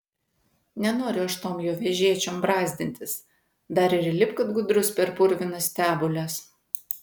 nenoriu aš tom jo vežėčiom brazdintis dar ir įlipk kad gudrus per purvinas stebules